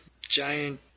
giant